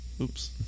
Oops